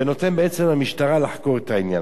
ונותן בעצם למשטרה לחקור את העניין.